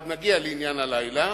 עוד נגיע לעניין הלילה,